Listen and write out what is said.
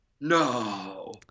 No